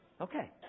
Okay